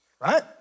right